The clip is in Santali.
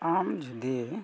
ᱟᱢ ᱡᱩᱫᱤ